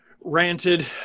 ranted